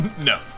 No